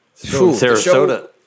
Sarasota